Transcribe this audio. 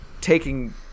taking